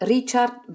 Richard